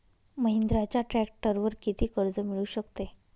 महिंद्राच्या ट्रॅक्टरवर किती कर्ज मिळू शकते?